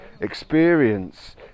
experience